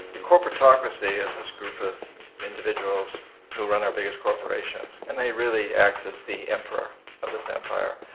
corporatocracy is this group of individuals who run our biggest corporations. and they really act as the emperor of this empire.